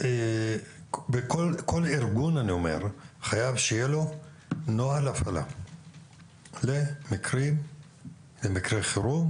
כל ארגון חייב שיהיה לו נוהל הפעלה למקרי חירום,